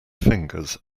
fingers